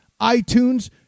iTunes